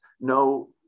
no